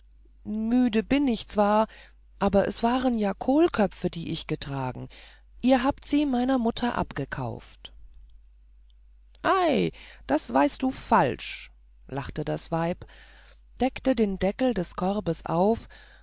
müde bin ich zwar aber es waren ja kohlköpfe die ich getragen ihr habt sie meiner mutter abgekauft ei das weißt du falsch lachte das weib deckte den deckel des korbes auf